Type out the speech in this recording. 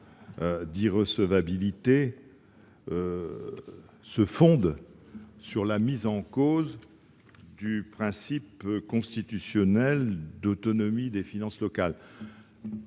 d'irrecevabilité se fonde sur la mise en cause du principe constitutionnel d'autonomie des finances sociales.